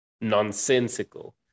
nonsensical